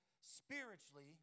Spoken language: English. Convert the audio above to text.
spiritually